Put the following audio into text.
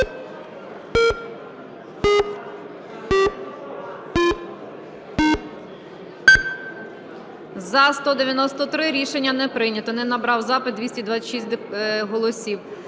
За-193 Рішення не прийнято. Не набрав запит 226 голосів.